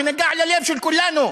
שנגע ללב של כולנו,